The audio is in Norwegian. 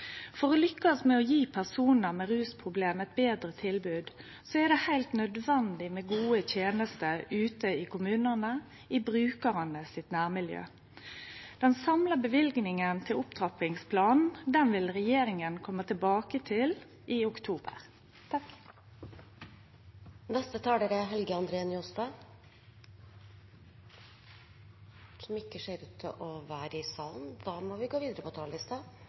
For å lykkast med å gje personar med rusproblem eit betre tilbod er det heilt nødvendig med gode tenester ute i kommunane, i nærmiljøet til brukarane. Den samla løyvinga til opptrappingsplanen vil regjeringa kome tilbake til i oktober. En god kommuneøkonomi er utrolig viktig for å sikre et velfungerende tjenestetilbud i